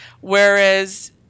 whereas